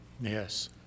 Yes